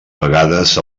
vegades